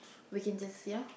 we can just ya